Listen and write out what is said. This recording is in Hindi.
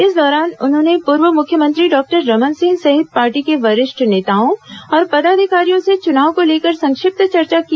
इस दौरान उन्होंने पूर्व मुख्यमंत्री डॉक्टर रमन सिंह सहित पार्टी के वरिष्ठ नेताओं और पदाधिकारियों से चुनाव को लेकर संक्षिप्त चर्चा की